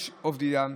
יש אופנידן,